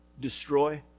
destroy